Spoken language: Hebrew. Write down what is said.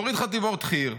תוריד חטיבות חי"ר,